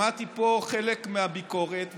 שמעתי פה חלק מהביקורת,